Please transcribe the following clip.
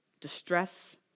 distress